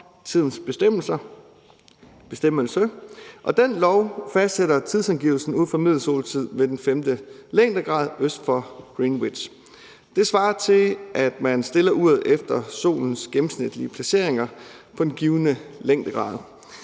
Tidens Bestemmelse, og den lov fastsætter tidsangivelsen ud fra middelsoltid ved den 15. længdegrad øst for Greenwich. Det svarer til, at man stiller uret efter solens gennemsnitlige placeringer på den givne længdegrad.